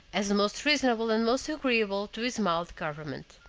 as the most reasonable and most agreeable to his mild government.